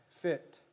fit